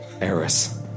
Eris